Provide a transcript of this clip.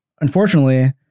Unfortunately